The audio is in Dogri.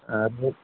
हां ते